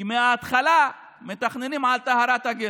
אנחנו מבצעים את העבודה הפרלמנטרית,